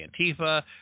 Antifa